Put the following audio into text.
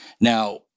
Now